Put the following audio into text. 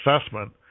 assessment